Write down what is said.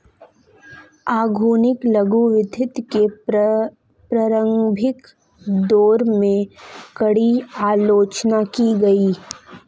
आधुनिक लघु वित्त के प्रारंभिक दौर में, कड़ी आलोचना की गई